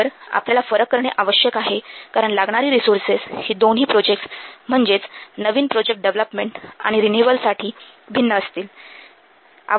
तर आपल्याला फरक करणे आवश्यक आहे कारण लागणारी रिसोर्सेस हि दोन्ही प्रोजेक्टस म्हणजेच नवीन प्रोजेक्ट डेव्हलपमेंट आणि रिन्यूअल साठी भिन्न असतील